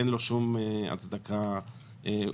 אין לו שום הצדקה עובדתית.